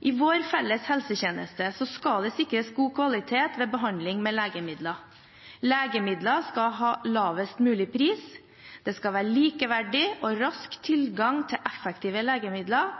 I vår felles helsetjeneste skal det sikres god kvalitet ved behandling med legemidler. Legemidler skal ha lavest mulig pris. Det skal være likeverdig og rask tilgang til effektive legemidler.